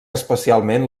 especialment